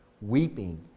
weeping